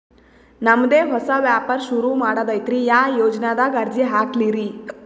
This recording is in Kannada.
ನಮ್ ದೆ ಹೊಸಾ ವ್ಯಾಪಾರ ಸುರು ಮಾಡದೈತ್ರಿ, ಯಾ ಯೊಜನಾದಾಗ ಅರ್ಜಿ ಹಾಕ್ಲಿ ರಿ?